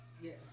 yes